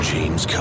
James